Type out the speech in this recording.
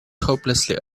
hopelessly